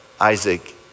Isaac